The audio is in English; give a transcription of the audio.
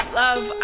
love